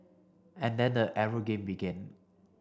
and then the arrow game began